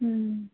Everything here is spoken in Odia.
ହୁଁ